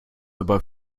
aber